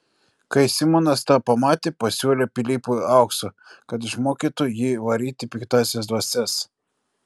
kai simonas tą pamatė pasiūlė pilypui aukso kad išmokytų jį varyti piktąsias dvasias